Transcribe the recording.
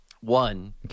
One